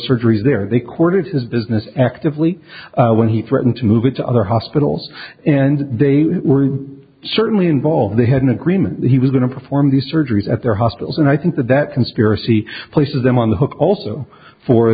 surgeries there they courted his business actively when he threatened to move it to other hospitals and they were certainly involved they had an agreement he was going to perform these surgeries at their hospitals and i think that that conspiracy places him on the hook also for